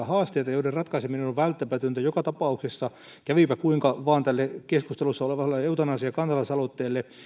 haasteita joiden ratkaiseminen on välttämätöntä joka tapauksessa kävipä kuinka vain tälle keskustelussa olevalle eutanasiakansalaisaloitteelle ne